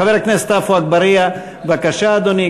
חבר הכנסת עפו אגבאריה, בבקשה, אדוני.